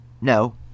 no